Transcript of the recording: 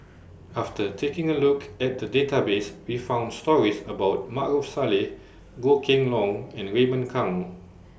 after taking A Look At The Database We found stories about Maarof Salleh Goh Kheng Long and Raymond Kang